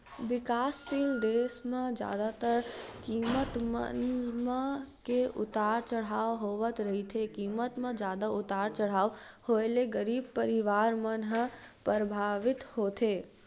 बिकाससील देस म जादातर कीमत मन म के उतार चड़हाव होवत रहिथे कीमत म जादा उतार चड़हाव होय ले गरीब परवार मन ह परभावित होथे